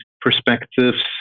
perspectives